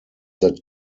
that